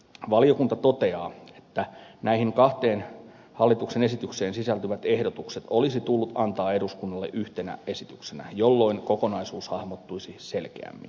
valiokunta toteaa että näihin kahteen hallituksen esitykseen sisältyvät ehdotukset olisi tullut antaa eduskunnalle yhtenä esityksenä jolloin kokonaisuus hahmottuisi selkeämmin